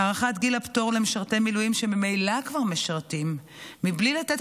הארכת גיל הפטור למשרתי מילואים שממילא כבר משרתים מבלי לתת